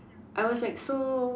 I was like so